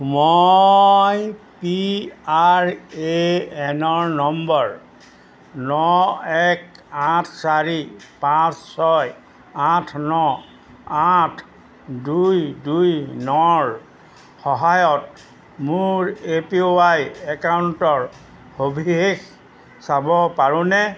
মই P R A এনৰ number ন এক আঠ চাৰি পাঁচ ছয় আঠ ন আঠ দুই দুই নৰ সহায়ত মোৰ এ পি ৱাই একাউণ্টৰ সবিশেষ চাব পাৰোঁনে